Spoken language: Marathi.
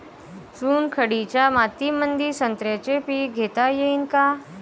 चुनखडीच्या मातीमंदी संत्र्याचे पीक घेता येईन का?